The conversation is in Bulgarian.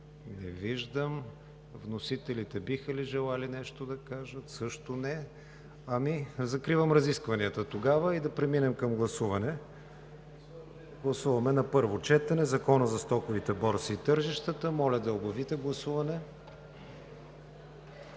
Не виждам. Вносителите биха ли желали нещо да кажат? Също не. Закривам разискванията и да преминем към гласуване. Гласуваме на първо четене Закона за стоковите борси и тържищата. Гласували